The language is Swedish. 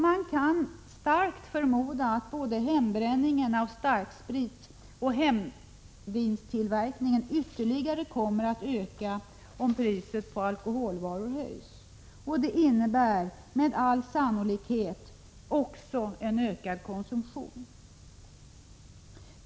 Man kan starkt förmoda att både hembränningen av starksprit och hemvintillverkningen ytterligare kommer att öka om priset på alkoholvaror höjs. Det innebär med all sannolikhet också en ökad konsumtion.